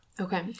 Okay